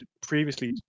previously